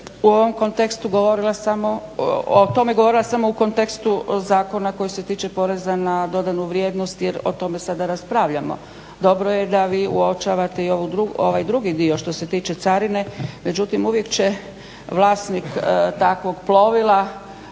u ovom kontekstu govorila samo o tome, o tome govorila samo u kontekstu zakona koji se tiče poreza na dodanu vrijednost, jer o tome sada raspravljamo. Dobro je da vi uočavate i ovaj drugi dio što se tiče carine. Međutim, uvijek će vlasnik takvog plovila